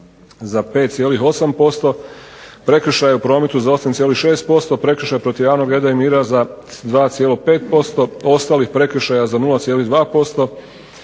za 5,8%, prekršaja u prometu za 8,6%, prekršaja protiv javnog reda i mira za 2,5% ostalih prekršaja za 0,2%,